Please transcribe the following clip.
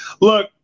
look